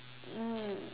mm